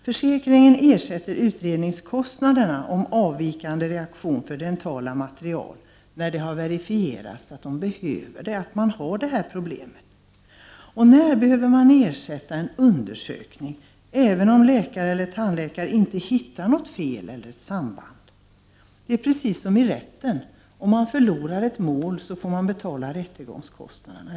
Försäkringen ersätter kostnaderna för utredning av avvikande reaktion för dentalmaterial, när det har verifierats att man verkligen har detta problem. När behöver man ersätta en undersökning, även om läkaren eller tandläkaren inte hittar något fel? Det är precis som i rätten: om man förlorar ett mål kan man få betala rättegångskostnaden.